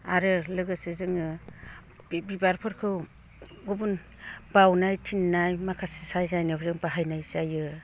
आरो लोगोसे जोङो बे बिबारफोरखौ गुबुन बावनाय फिन्नाय माखासे साजायनायाव जों बाहायनाय जायो